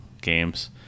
games